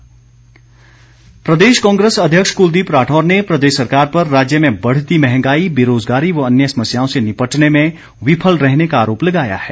राठौर प्रदेश कांग्रेस अध्यक्ष कुलदीप राठौर ने प्रदेश सरकार पर राज्य में बढ़ती महंगाई बेरोजगारी व अन्य समस्याओं से निपटने में विफल रहने का आरोप लगाया है